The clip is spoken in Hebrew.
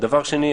דבר שני,